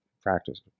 practice